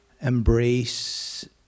embrace